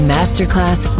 Masterclass